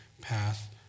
path